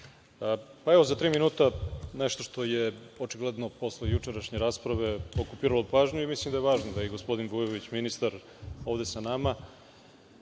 Evo, za tri minuta, nešto što je očigledno posle jučerašnje rasprave okupiralo pažnju. Mislim da je važno da je i gospodin Vujović, ministar, ovde sa nama,